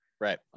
Right